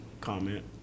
comment